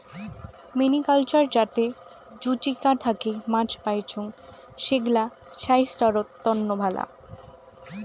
mariculture যাতে জুচিকা থাকি মাছ পাইচুঙ, সেগ্লা ছাইস্থ্যর তন্ন ভালা